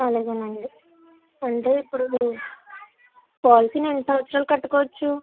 అలాగేనండి అంటే ఇప్పుడు పాలసీని ఎన్ని సంవత్సరాలు కట్టుకోవచ్చు